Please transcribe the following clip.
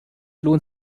lohnt